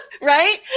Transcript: Right